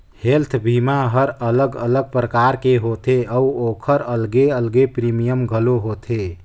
health बीमा हर अलग अलग परकार के होथे अउ ओखर अलगे अलगे प्रीमियम घलो होथे